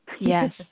Yes